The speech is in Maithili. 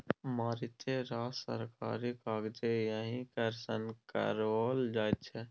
मारिते रास सरकारी काजकेँ यैह कर सँ कराओल जाइत छै